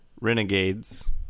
renegades